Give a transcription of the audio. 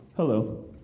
Hello